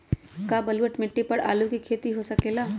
का बलूअट मिट्टी पर आलू के खेती हो सकेला?